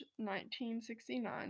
1969